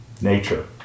nature